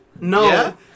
No